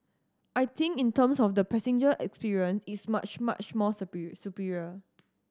I think in terms of the passenger experience it's much much more superior superior